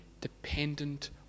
dependent